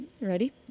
Ready